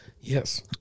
Yes